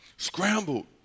scrambled